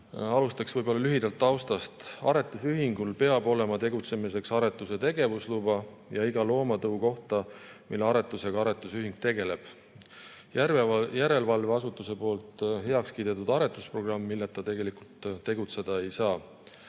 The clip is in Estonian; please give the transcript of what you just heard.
Alustaks võib-olla lühidalt taustast. Aretusühingul peab olema tegutsemiseks aretuse tegevusluba ja iga loomatõu kohta, mille aretusega aretusühing tegeleb, järelevalveasutuses heaks kiidetud aretusprogramm, milleta tegelikult tegutseda ei saa.